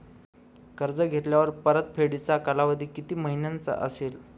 कर्ज घेतल्यावर परतफेडीचा कालावधी किती महिन्यांचा असेल?